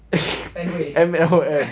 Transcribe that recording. M_L_M